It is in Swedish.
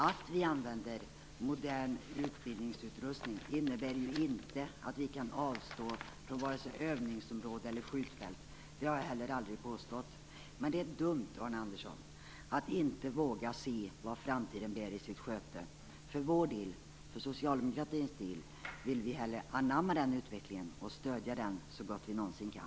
Att vi använder modern utbildningsutrustning innebär ju inte att vi kan avstå från vare sig övningsområden eller skjutfält. Det har jag heller aldrig påstått. Men det är dumt, Arne Andersson, att inte våga se vad framtiden bär i sitt sköte. För socialdemokratins del vill vi hellre anamma den utvecklingen och stödja den så gott vi någonsin kan.